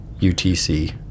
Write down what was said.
UTC